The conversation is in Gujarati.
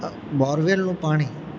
બોરવેલનું પાણી